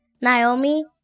Naomi